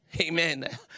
Amen